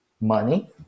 money